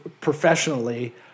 professionally